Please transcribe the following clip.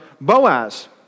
Boaz